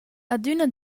adüna